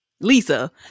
Lisa